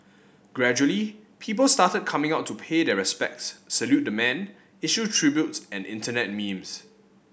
gradually people started coming out to pay their respects salute the man issue tributes and internet memes